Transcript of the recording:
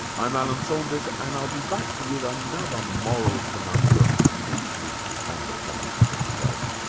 i'm alan saunders and i'll be back with another moral conundrum next week on the philosopher's zone